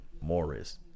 Morris